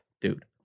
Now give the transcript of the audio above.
dude